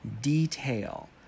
detail